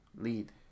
lead